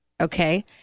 okay